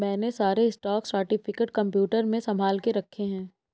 मैंने सारे stock certificate computer में संभाल के रखे हैं